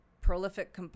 prolific